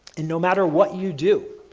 and no matter what you do,